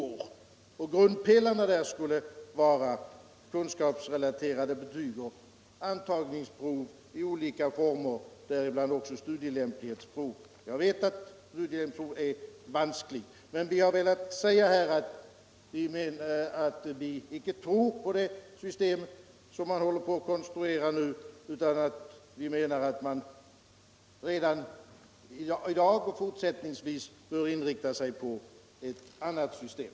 Det står klart i vår reservation. Grundpelarna skulle vara kunskapsrelaterade betyg och antagningsprov i olika former, däribland också studielämplighetsprov. Jag vet att det är vanskligt att utforma studielämplighetsprov. men vi har ändå på det sättet velat säga att vi icke tror på det system som man nu håller på och konstruerar. Vi menar att man redan i dag och fortsättningsvis bör inrikta sig på ett annat system.